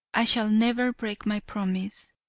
i shall never break my promise.